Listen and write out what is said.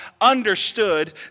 understood